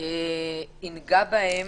ייגע בהם.